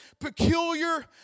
peculiar